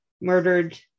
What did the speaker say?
murdered